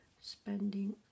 spending